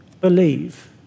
believe